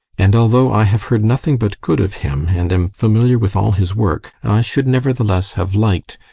and although i have heard nothing but good of him, and am familiar with all his work, i should nevertheless have liked,